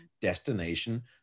destination